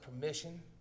permission